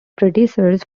predecessors